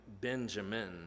Benjamin